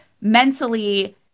mentally